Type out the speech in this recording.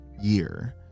year